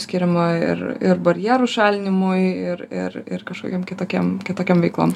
skiriama ir ir barjerų šalinimui ir ir ir kažkokiom kitokiem kitokiom veiklom